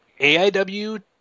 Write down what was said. AIW